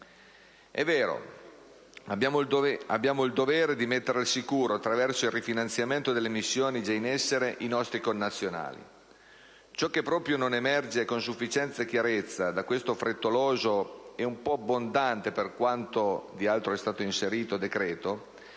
È vero, abbiamo il dovere di mettere al sicuro, attraverso il rifinanziamento delle missioni già in essere, i nostri connazionali. Ciò che proprio non emerge con sufficiente chiarezza da questo frettoloso e un po' abbondante, per quanto di altro vi è stato inserito, decreto